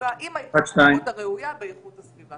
התעסוקה עם ההתחשבות הראויה באיכות הסביבה.